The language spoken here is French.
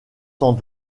sans